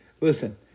listen